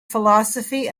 philosophy